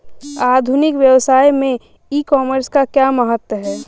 आधुनिक व्यवसाय में ई कॉमर्स का क्या महत्व है?